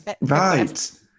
Right